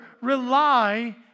rely